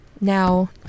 now